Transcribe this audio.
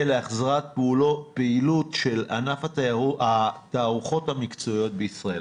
להחזרת פעילות של ענף התערוכות המקצועיות בישראל.